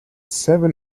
seven